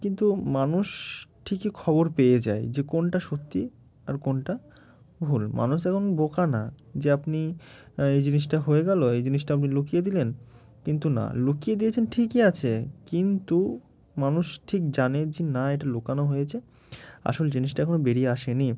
কিন্তু মানুষ ঠিকই খবর পেয়ে যায় যে কোনটা সত্যি আর কোনটা ভুল মানুষ এখন বোকা না যে আপনি এই জিনিসটা হয়ে গেলো এই জিনিসটা আপনি লুকিয়ে দিলেন কিন্তু না লুকিয়ে দিয়েছেন ঠিকই আছে কিন্তু মানুষ ঠিক জানে যে না এটা লুকানো হয়েছে আসলে জিনিসটা এখনও বেরিয়ে আসেনি